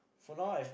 for now I've